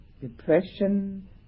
depression